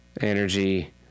energy